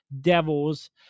Devils